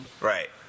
Right